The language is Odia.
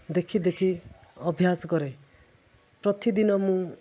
ଦେଖି ଦେଖି ଅଭ୍ୟାସ କରେ ପ୍ରତିଦିନ ମୁଁ